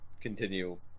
continue